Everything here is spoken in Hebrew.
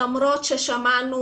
למרות ששמענו